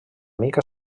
mica